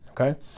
okay